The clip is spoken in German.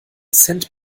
cent